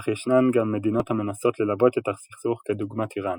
אך ישנן גם מדינות המנסות ללבות את הסכסוך כדוגמת איראן.